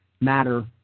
matter